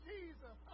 Jesus